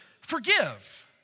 forgive